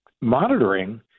Monitoring